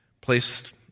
placed